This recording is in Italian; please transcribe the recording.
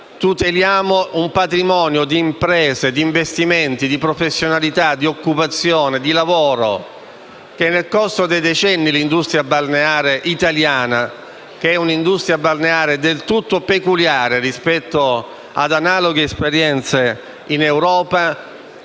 tutelare un patrimonio di imprese, di investimenti, di professionalità, di occupazione, di lavoro, che nel corso dei decenni l'industria balneare italiana, del tutto peculiare rispetto ad analoghe esperienze in Europa,